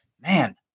man